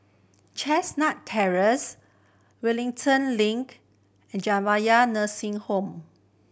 Chestnut Terrace Wellington Link and Jamiyah Nursing Home